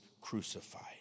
crucified